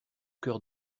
cœur